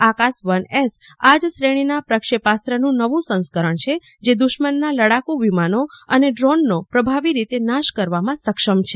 આકાશ one S આજ શ્રેણીના પ્રક્ષેપાસ્ત્રનું નવ સંસ્કરણ છે જે દુશ્મનના લડાકુ વિમાનો અને ડ્રોનનો પ્રભાવી રીતે વાશ કરવાર્મા સક્ષમ છે